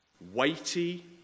weighty